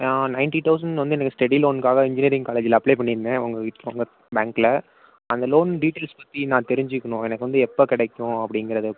நான் ninety thousand வந்து எனக்கு ஸ்டடி லோனுக்காக இன்ஜினியரிங் காலேஜில் அப்ளை பண்ணியிருந்தேன் உங்க உங்க பேங்கில் அந்த லோன் டீட்டைல்ஸ் பற்றி நான் தெரிஞ்சிக்கணும் எனக்கு வந்து எப்போ கிடைக்கும் அப்படிங்குறது